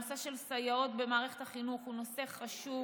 הנושא של סייעות במערכת החינוך הוא נושא חשוב,